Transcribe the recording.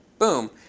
boom.